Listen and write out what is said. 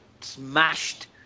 smashed